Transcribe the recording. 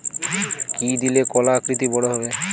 কি দিলে কলা আকৃতিতে বড় হবে?